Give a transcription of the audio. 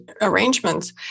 arrangements